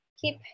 keep